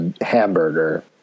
Hamburger